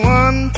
one